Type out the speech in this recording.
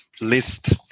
list